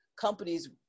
companies